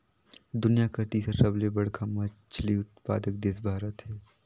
दुनिया कर तीसर सबले बड़खा मछली उत्पादक देश भारत हे